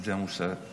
זה כבר המונח?